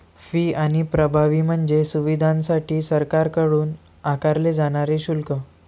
fee आणि प्रभावी म्हणजे सुविधांसाठी सरकारकडून आकारले जाणारे शुल्क